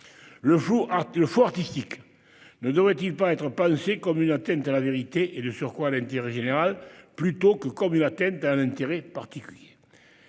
Le faux artistique ne devrait-il pas être pensé comme une atteinte à la vérité- et de surcroît à l'intérêt général -plutôt que comme une atteinte à un intérêt particulier ?